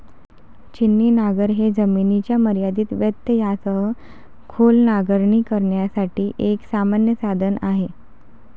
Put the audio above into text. छिन्नी नांगर हे जमिनीच्या मर्यादित व्यत्ययासह खोल नांगरणी करण्यासाठी एक सामान्य साधन आहे